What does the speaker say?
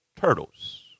turtles